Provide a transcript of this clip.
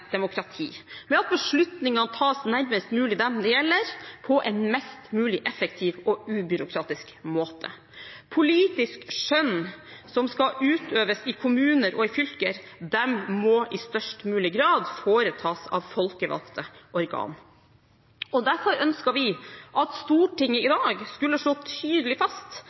demokrati, og at beslutningene tas nærmest mulig dem det gjelder, på en mest mulig effektiv og ubyråkratisk måte. Politisk skjønn som skal utøves i kommuner og i fylker, må i størst mulig grad foretas av folkevalgte organer, og derfor ønsket vi at Stortinget i dag skulle slå tydelig fast